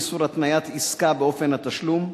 איסור התניית עסקה באופן התשלום),